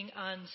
on